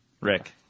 Rick